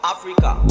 Africa